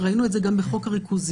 ראינו את זה גם בחוק הריכוזיות.